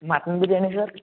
mutton biryani sir